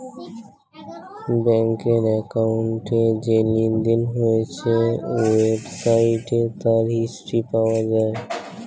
ব্যাংকের অ্যাকাউন্টে যে লেনদেন হয়েছে ওয়েবসাইটে তার হিস্ট্রি পাওয়া যায়